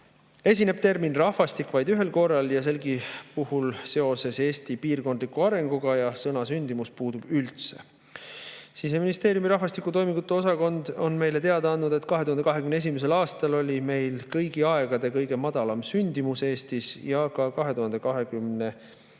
esineb termin "rahvastik" vaid ühel korral ja selgi puhul seoses Eesti piirkondliku arenguga ja sõna "sündimus" puudub üldse. Siseministeeriumi rahvastikutoimingute osakond on meile teada andnud, et 2021. aastal oli Eestis kõigi aegade kõige madalam sündimus. 2022.